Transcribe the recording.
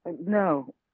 No